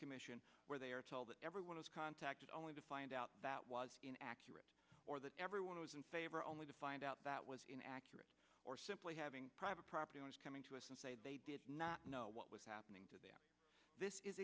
commission where they are told that everyone is contacted only to find out that was inaccurate or that everyone was in favor only to find out that was inaccurate or simply having private property owners coming to us and say they did not know what was happening to them this is